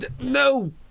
No